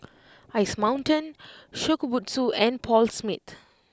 Ice Mountain Shokubutsu and Paul Smith